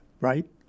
right